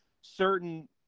certain